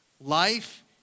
Life